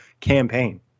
campaign